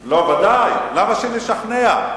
לא, ודאי, למה שנשכנע?